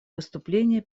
выступление